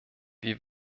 wie